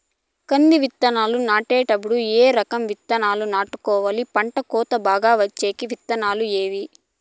కంది విత్తనాలు నాటేటప్పుడు ఏ రకం విత్తనాలు నాటుకోవాలి, పంట కోత బాగా వచ్చే విత్తనాలు ఏవీ?